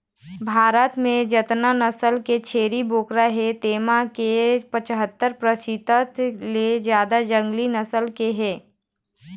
भारत म जतना नसल के छेरी बोकरा हे तेमा के पछत्तर परतिसत ले जादा जंगली नसल के हे